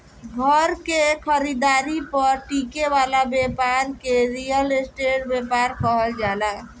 घर के खरीदारी पर टिके वाला ब्यपार के रियल स्टेट ब्यपार कहल जाला